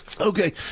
okay